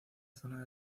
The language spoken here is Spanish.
zona